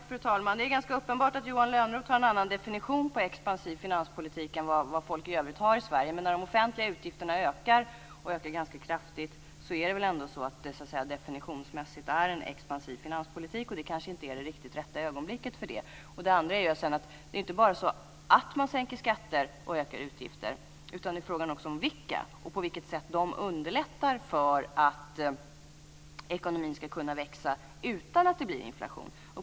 Fru talman! Det är ganska uppenbart att Johan Lönnroth har en annan definition på expansiv finanspolitik än vad folk i övrigt har i Sverige. Men när de offentliga utgifterna ökar ganska kraftigt är det väl per definition en expansiv finanspolitik? Men det är kanske inte rätt ögonblick för det. Det är inte bara fråga om att man sänker skatter och ökar utgifter utan också om vilka skatter och vilka utgifter det är och på vilket sätt de underlättar för ekonomin att växa utan att det blir inflation.